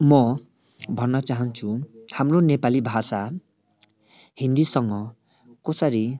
म भन्न चाहन्छु हाम्रो नेपाली भाषा हिन्दीसँग कसरी